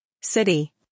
City